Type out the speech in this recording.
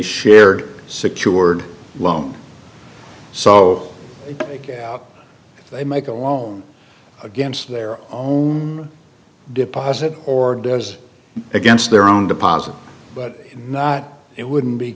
shared secured loan so if they make a loan against their own deposit or does against their own deposit but not it wouldn't be